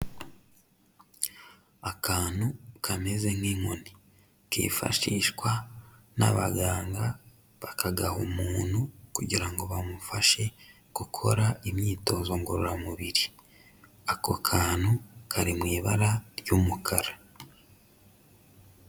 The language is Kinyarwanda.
Akantu kameze nk'inkoni, kifashishwa n'abaganga bakagaha umuntu kugira ngo bamufashe gukora imyitozo ngororamubiri, ako kantu kari mu ibara ry'umukara.